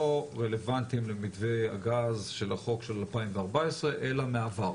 רלוונטיים למתווה הגז של החוק של 2014 אלא מהעבר.